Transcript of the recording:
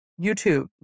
YouTube